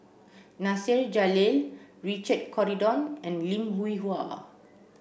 Nasir Jalil Richard Corridon and Lim Hwee Hua